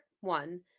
one